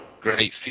great